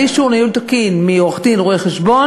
בלי אישור ניהול תקין מעורך-דין או רואה-חשבון,